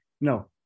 No